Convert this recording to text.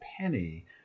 Penny